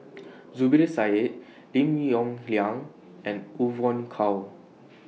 Zubir Said Lim Yong Liang and Evon Kow